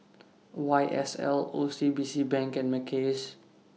Y S L O C B C Bank and Mackays